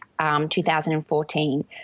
2014